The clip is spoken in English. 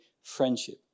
friendship